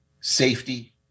safety